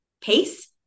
pace